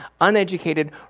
uneducated